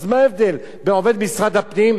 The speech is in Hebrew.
אז מה ההבדל בין עובד משרד הפנים,